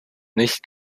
nicht